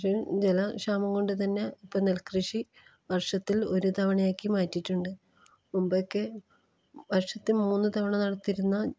പക്ഷേ ജലക്ഷാമം കൊണ്ട് തന്നെ ഇപ്പം നെൽക്കൃഷി വർഷത്തിൽ ഒരു തവണ ആക്കി മാറ്റിയിട്ടുണ്ട് മുമ്പൊക്കെ വർഷത്തിൽ മൂന്ന് തവണ നടത്തിയിരുന്ന